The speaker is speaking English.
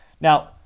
Now